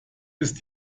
ist